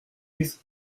dix